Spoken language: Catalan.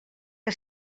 que